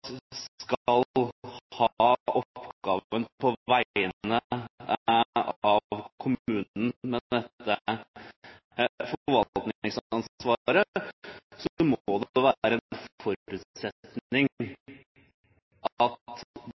skal ha oppgaven med forvaltningsansvaret på vegne av kommunen, må det være en forutsetning at de tar dette ansvaret, og at